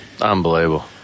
Unbelievable